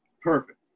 Perfect